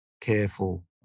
careful